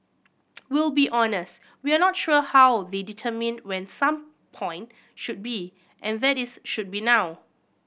we'll be honest we're not sure how they determined when some point should be and that is should be now